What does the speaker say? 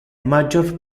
major